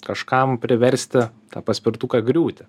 kažkam priversti tą paspirtuką griūti